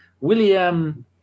William